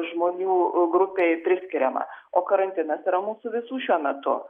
žmonių grupei priskiriama o karantinas yra mūsų visų šiuo metu